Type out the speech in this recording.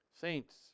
Saints